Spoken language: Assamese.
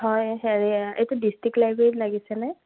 হয় হেৰি এইটো ডিষ্টিক লাইবেৰীত লাগিছে নে